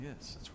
Yes